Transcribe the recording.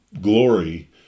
glory